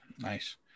Nice